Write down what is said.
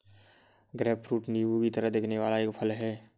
grapefruit नींबू की तरह दिखने वाला एक फल है